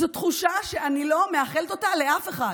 זו תחושה שאני לא מאחלת אותה לאף אחד.